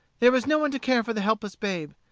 there is no one to care for the helpless babe.